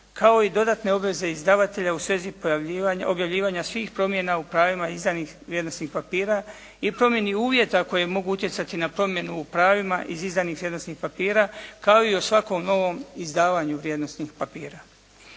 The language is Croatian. kao i dodatne obveze izdavatelja u svezi objavljivanja svih promjena u pravima izdanih vrijednosnih papira i promjeni uvjeta koji mogu utjecati na promjenu u pravima iz izdanih vrijednosnih papira kao i o svakom novom izdavanju vrijednosnih papira.